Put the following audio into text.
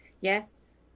Yes